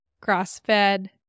grass-fed